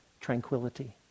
tranquility